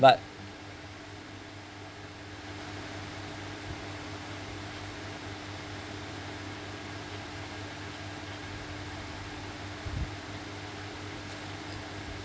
but